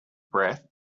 breath